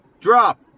drop